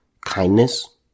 Kindness